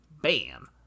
bam